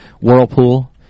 whirlpool